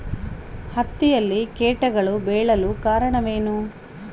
ಹತ್ತಿಯಲ್ಲಿ ಕೇಟಗಳು ಬೇಳಲು ಕಾರಣವೇನು?